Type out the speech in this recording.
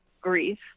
grief